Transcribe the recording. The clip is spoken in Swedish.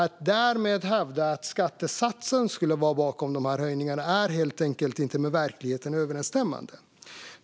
Att därmed hävda att skattesatsen skulle ligga bakom de här höjningarna är helt enkelt inte med verkligheten överensstämmande.